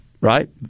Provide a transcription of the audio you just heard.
right